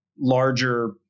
larger